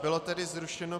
Bylo tedy zrušeno...